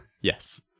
Yes